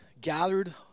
gathered